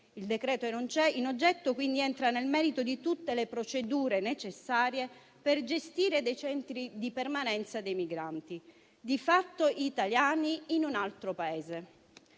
Il provvedimento in oggetto entra quindi nel merito di tutte le procedure necessarie per gestire i centri di permanenza dei migranti, di fatto italiani in un altro Paese.